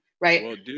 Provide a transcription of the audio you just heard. Right